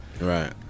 Right